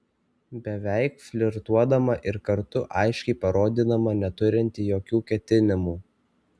beveik flirtuodama ir kartu aiškiai parodydama neturinti jokių ketinimų